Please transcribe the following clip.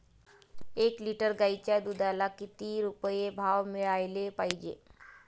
एक लिटर गाईच्या दुधाला किती रुपये भाव मिळायले पाहिजे?